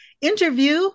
interview